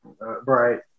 right